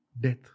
death